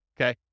okay